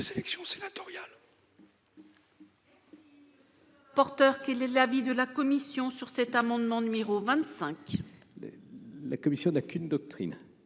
élections sénatoriales.